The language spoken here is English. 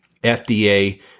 fda